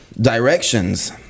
directions